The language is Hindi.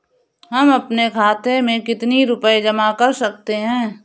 हम अपने खाते में कितनी रूपए जमा कर सकते हैं?